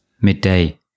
midday